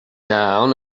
down